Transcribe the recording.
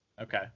Okay